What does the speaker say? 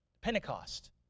Pentecost